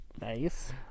Nice